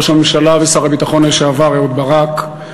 ראש הממשלה ושר הביטחון לשעבר אהוד ברק,